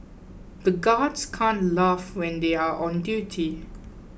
the guards can't laugh when they are on duty